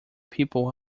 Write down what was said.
people